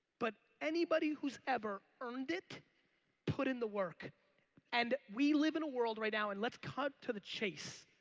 but anybody who's ever earned it put in the work and we live in a world right now and let's cut to the chase